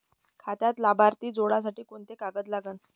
खात्यात लाभार्थी जोडासाठी कोंते कागद लागन?